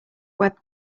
web